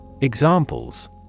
Examples